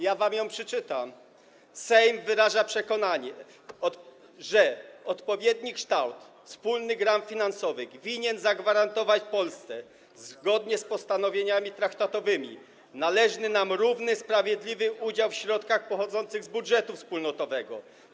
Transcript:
Ja wam ją przeczytam: Sejm wyraża przekonanie, że odpowiedni kształt wspólnych ram finansowych winien zagwarantować Polsce, zgodnie z postanowieniami traktatowymi, należny nam, równy, sprawiedliwy udział w środkach pochodzących z budżetu wspólnotowego.